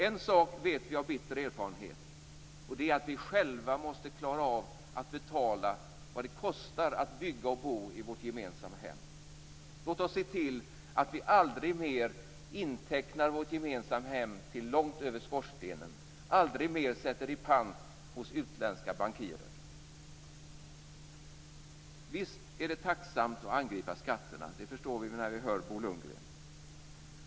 En sak vet vi av bitter erfarenhet, och det är att vi själva måste klara av att betala vad det kostar att bygga och bo i vårt gemensamma hem. Låt oss se till att vi aldrig mer intecknar vårt gemensamma hem till långt över skorstenen, aldrig mer sätter i pant hos utländska bankirer. Visst är det tacksamt att angripa skatterna - det förstår vi när vi hör Bo Lundgren.